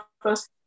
first